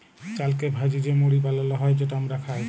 চালকে ভ্যাইজে যে মুড়ি বালাল হ্যয় যেট আমরা খাই